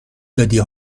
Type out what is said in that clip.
دادی